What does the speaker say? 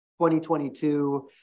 2022